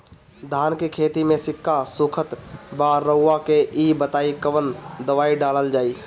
धान के खेती में सिक्का सुखत बा रउआ के ई बताईं कवन दवाइ डालल जाई?